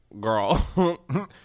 girl